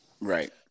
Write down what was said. Right